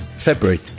February